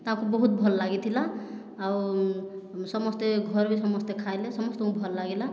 ତାଙ୍କୁ ବହୁତ ଭଲ ଲାଗିଥିଲା ଆଉ ସମସ୍ତେ ଘରେ ବି ସମସ୍ତେ ଖାଇଲେ ସମସ୍ତଙ୍କୁ ଭଲଲାଗିଲା